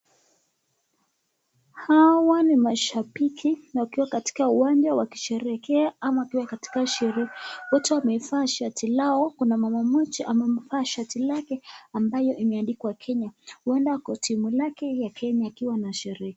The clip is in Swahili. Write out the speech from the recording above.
Hawa ni mashabiki wakiwa katika uwanja wakisherehekea ama wakiwa katika sherehe, wote wamevaa shati lao, kuna mama mmoja amevaa shati lake ambayo imeandikwa Kenya. Huenda alikuwa na timu yake ya Kenya akiwa anasherehekea.